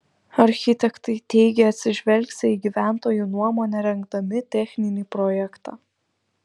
architektai teigė atsižvelgsią į gyventojų nuomonę rengdami techninį projektą